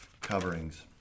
coverings